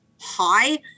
high